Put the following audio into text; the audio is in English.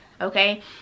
okay